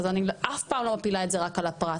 אז אני אף פעם לא מפילה את זה רק על הפרט,